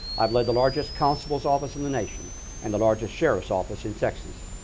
i've led the largest constable's office in the nation and the largest sheriff's office in texas.